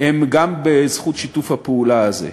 הם גם בזכות שיתוף הפעולה הזה.